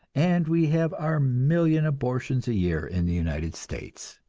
and we have our million abortions a year in the united states.